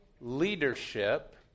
leadership